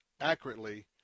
accurately